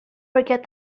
forget